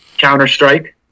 counter-strike